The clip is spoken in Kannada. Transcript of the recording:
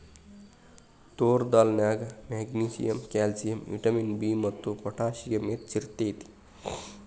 ತೋರ್ ದಾಲ್ ನ್ಯಾಗ ಮೆಗ್ನೇಸಿಯಮ್, ಕ್ಯಾಲ್ಸಿಯಂ, ವಿಟಮಿನ್ ಬಿ ಮತ್ತು ಪೊಟ್ಯಾಸಿಯಮ್ ಹೆಚ್ಚ್ ಇರ್ತೇತಿ